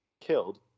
killed